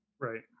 Right